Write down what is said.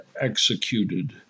executed